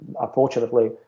unfortunately